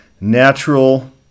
natural